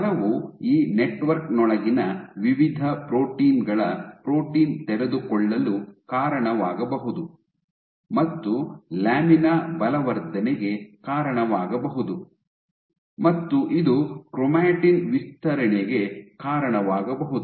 ಬಲವು ಈ ನೆಟ್ವರ್ಕ್ ನೊಳಗಿನ ವಿವಿಧ ಪ್ರೋಟೀನ್ ಗಳ ಪ್ರೋಟೀನ್ ತೆರೆದುಕೊಳ್ಳಲು ಕಾರಣವಾಗಬಹುದು ಮತ್ತು ಲ್ಯಾಮಿನಾ ಬಲವರ್ಧನೆಗೆ ಕಾರಣವಾಗಬಹುದು ಮತ್ತು ಇದು ಕ್ರೊಮಾಟಿನ್ ವಿಸ್ತರಣೆಗೆ ಕಾರಣವಾಗಬಹುದು